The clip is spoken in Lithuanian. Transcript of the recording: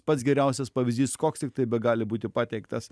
pats geriausias pavyzdys koks tiktai begali būti pateiktas